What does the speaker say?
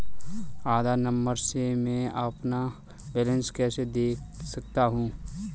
आधार number से मैं अपना बैलेंस कैसे देख सकता हूँ?